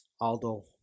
Aldo